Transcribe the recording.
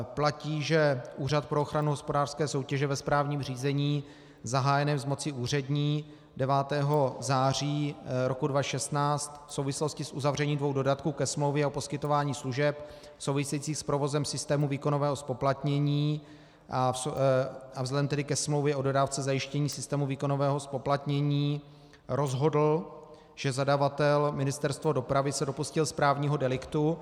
Platí, že Úřad pro ochranu hospodářské soutěže ve správním řízení zahájeném z moci úřední 9. září 2016 v souvislosti s uzavřením dvou dodatků ke smlouvě o poskytování služeb souvisejících s provozem systému výkonového zpoplatnění a vzhledem ke smlouvě o dodávce zajištění systému výkonového zpoplatnění rozhodl, že zadavatel, Ministerstvo dopravy, se dopustil správního deliktu.